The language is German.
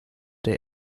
der